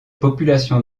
populations